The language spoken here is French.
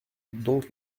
donc